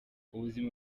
ubuzima